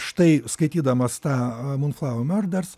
štai skaitydamas tą mūn flaue miorders